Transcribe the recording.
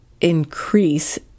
increase